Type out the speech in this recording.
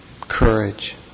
courage